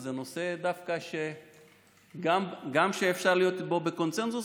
וזה דווקא נושא שגם אפשר להיות בו בקונסנזוס